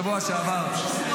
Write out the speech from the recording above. בשבוע שעבר,